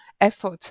effort